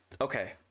Okay